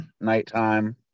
nighttime